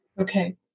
Okay